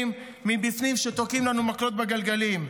מבפנים שתוקעים לנו מקלות בגלגלים.